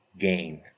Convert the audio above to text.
gain